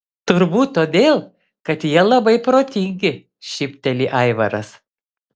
turbūt todėl kad jie labai protingi šypteli aivaras